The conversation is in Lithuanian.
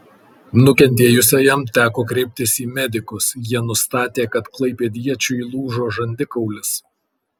nukentėjusiajam teko kreiptis į medikus jie nustatė kad klaipėdiečiui lūžo žandikaulis